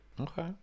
okay